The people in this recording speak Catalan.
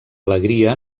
alegria